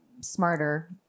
smarter